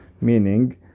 meaning